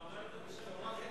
אתה אומר את זה בשם קדימה?